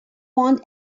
want